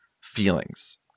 feelings